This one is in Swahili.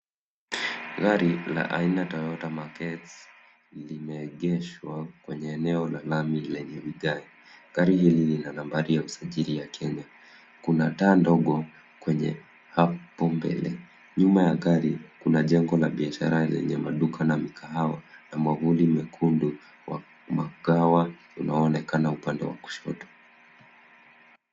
Gari la aina Toyota Mark X limeegeshwa kwenye eneo la lami lenye vigae. Gari hili lina nambari ya usajili ya Kenya. Kuna taa ndogo kwenye hapo mbele. Nyuma ya gari kuna jengo la biashara lenye maduka na mikahawa na mwavuli mwekundu. Mkahawa unaonekana upande wa kushoto.